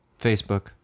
Facebook